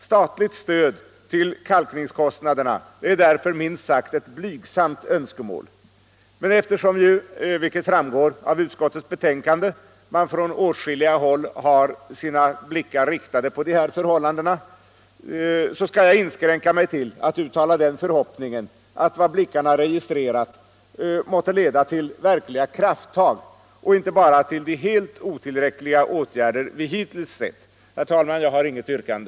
Statligt stöd till kalkningskostnaderna är därför minst sagt ett blygsamt önskemål, men eftersom ju, vilket framgår av utskottets betänkande, man från åtskilliga håll har sina blickar riktade på de här förhållandena skall jag inskränka mig till att uttala den förhoppningen att vad blickarna registrerar måtte leda till verkliga krafttag och inte bara de helt otillräckliga åtgärder vi hittills sett. Herr talman! Jag har inget yrkande.